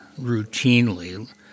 routinely